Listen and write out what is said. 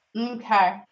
Okay